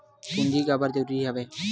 पूंजी काबर जरूरी हवय?